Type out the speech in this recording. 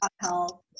health